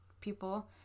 people